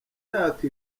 yaka